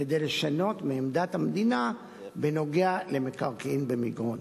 כדי לשנות מעמדת המדינה בנוגע למקרקעין במגרון.